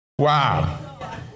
Wow